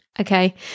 Okay